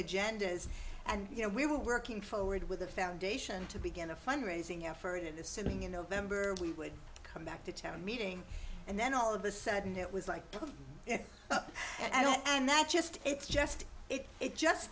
agendas and you know we were working forward with the foundation to begin a fundraising effort in the same thing in november we would come back to town meeting and then all of a sudden it was like yeah and that's just it's just it it just